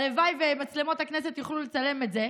הלוואי שמצלמות הכנסת יוכלו לצלם את זה.